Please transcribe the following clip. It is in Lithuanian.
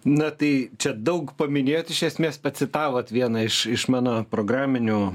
na tai čia daug paminėjot iš esmės pacitavot vieną iš iš mano programinių